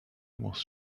was